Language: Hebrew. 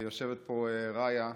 יושבת פה רעיה,